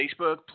Facebook